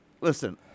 listen